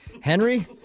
Henry